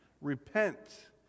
Repent